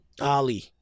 Ali